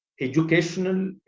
educational